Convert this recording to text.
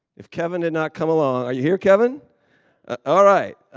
if kevin had not come along are you here, kevin all right,